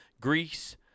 Greece